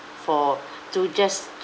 for to just